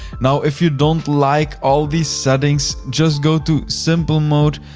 now, if you don't like all these settings, just go to simple mode,